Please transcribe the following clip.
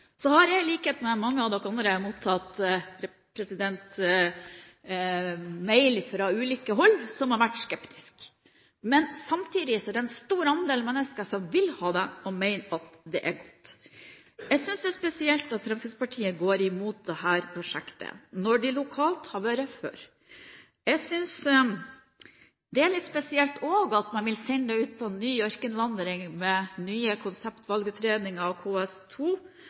så stor oppslutning om bompengefinansiering og lokale bidrag, sier det at her vil man noe, her ønsker man lokalt. Jeg har i likhet med mange andre mottatt mailer fra ulike hold, som har vært skeptiske. Samtidig er det en stor andel mennesker som vil ha dette, og som mener at det er godt. Jeg synes det er spesielt at Fremskrittspartiet går imot dette prosjektet, når de lokalt har vært for. Jeg synes også det er litt spesielt at man vil sende dette ut på en ny ørkenvandring, med nye konseptvalgutredninger og